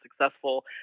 successful